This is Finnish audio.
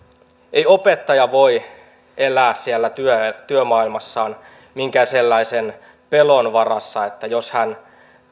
ei opettaja voi elää siellä työmaailmassaan minkään sellaisen pelon varassa että jos hän